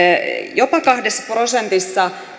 jopa kahdessa prosentissa